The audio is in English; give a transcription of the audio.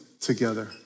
together